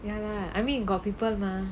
ya lah I mean got people mah